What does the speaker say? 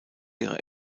ihre